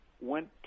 went